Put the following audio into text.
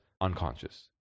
unconscious